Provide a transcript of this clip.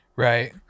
Right